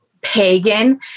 pagan